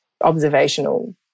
observational